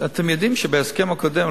אתם יודעים שבהסכם הקודם,